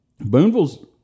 Boonville's